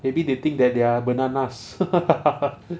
maybe they think that they are bananas